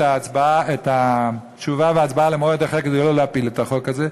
התשובה ואת ההצבעה למועד אחר כדי לא להפיל את החוק הזה,